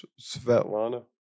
Svetlana